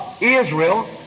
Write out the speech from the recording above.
Israel